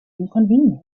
inconvenience